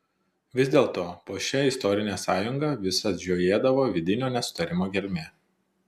vis dėlto po šia išorine sąjunga visad žiojėdavo vidinio nesutarimo gelmė